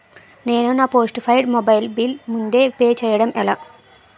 నేను నా postpaid mobile bill ముందే పే చేయడం ఎలా?